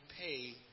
pay